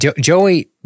Joey